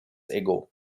ago